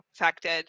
affected